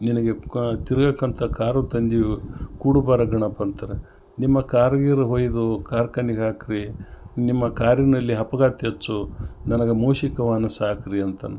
ನಿನಗೆ ಕಾ ತಿರ್ಗೋಕ್ ಅಂತ ಕಾರು ತಂದೀವಿ ಕೂಡು ಬಾರೋ ಗಣಪ ಅಂತಾರೆ ನಿಮ್ಮ ಕಾರು ಗೀರು ಒಯ್ದು ಕಾರ್ಖಾನೆಗ್ ಹಾಕ್ರಿ ನಿಮ್ಮ ಕಾರಿನಲ್ಲಿ ಅಪಘಾತ ಹೆಚ್ಚು ನನಗ ಮೂಷಿಕ ವಾಹನ ಸಾಕ್ರಿ ಅಂತಂದು